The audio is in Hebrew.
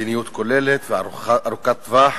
מדיניות כוללת וארוכת טווח